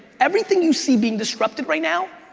everything you see being disrupted right now,